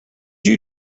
you